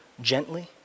gently